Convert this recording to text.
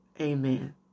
Amen